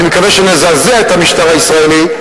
אני מקווה שנזעזע את המשטר הישראלי,